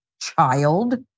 child